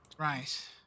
Right